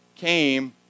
came